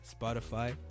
spotify